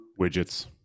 widgets